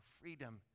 freedom